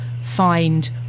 find